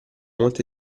molte